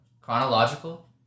chronological